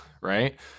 right